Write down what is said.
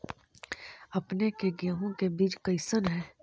अपने के गेहूं के बीज कैसन है?